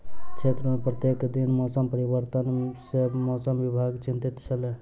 क्षेत्र में प्रत्येक दिन मौसम परिवर्तन सॅ मौसम विभाग चिंतित छल